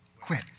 quit